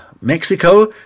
Mexico